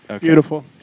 Beautiful